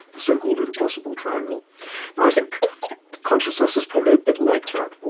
the so-called impossible triangle. and i think consciousness is probably a bit like that.